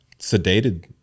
sedated